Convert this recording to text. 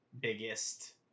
Biggest